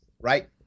right